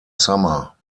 summer